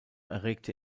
erregte